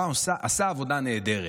עשה עבודה נהדרת,